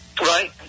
Right